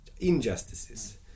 injustices